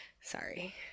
Sorry